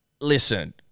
Listen